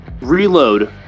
reload